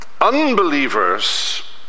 unbelievers